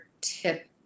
tip